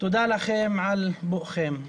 תודה לכם על בואכם.